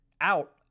out